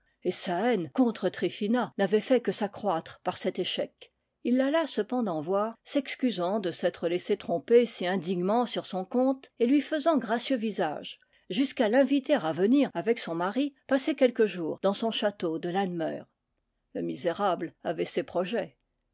et sa haine contre try phina n'avait fait que s'accroître par cet échec il l'aha cependant voir s'excusant de s'être laissé tromper si indi gnement sur son compte et lui faisant gracieux visage jus qu'à l'inviter à venir avec son mari passer quelques jours dans son château de lanmeur le misérable avait ses projets